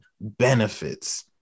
benefits